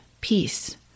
peace